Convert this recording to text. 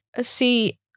see